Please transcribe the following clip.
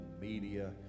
media